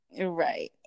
Right